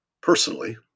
personally